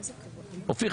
אופיר,